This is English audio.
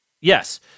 yes